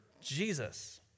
Jesus